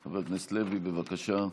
חבר הכנסת לוי, בבקשה.